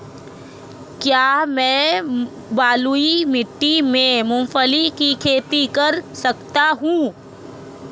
क्या मैं बलुई मिट्टी में मूंगफली की खेती कर सकता हूँ?